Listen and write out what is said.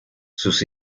sus